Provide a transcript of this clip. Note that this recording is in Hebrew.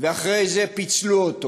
ואחרי זה פיצלו אותו